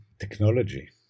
technology